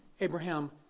Abraham